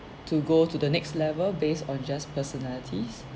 to go to the next level based on just personalities